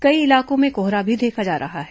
कई इलाकों में कोहरा भी देखा जा रहा है